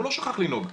הוא לא שכח לנהוג,